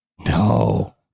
No